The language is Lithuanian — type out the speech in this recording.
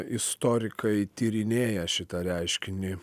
istorikai tyrinėja šitą reiškinį